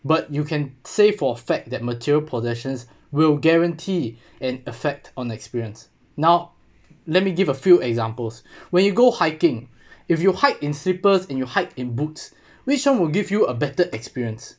but you can save for a fact that material possessions will guarantee an affect on experience now let me give a few examples when you go hiking if you hike in slippers and you hike in boots which one will give you a better experience